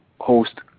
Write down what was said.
host